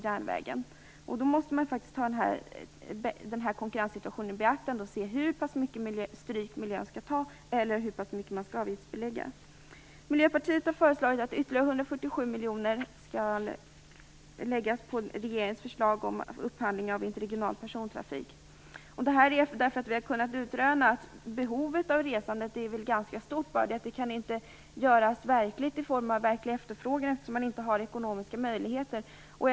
Därför måste man ta konkurrenssituationen i beaktande och se hur pass mycket stryk miljön skall få ta eller hur stor avgiftsbeläggning man skall ha. Miljöpartiet har föreslagit att ytterligare 147 miljoner läggs till regeringens förslag om upphandling av interregional persontrafik. Anledningen är att vi utrönat att behovet av att resa är ganska stort men att det inte kan konkretiseras i form av verklig efterfrågan, eftersom de ekonomiska möjligheterna saknas.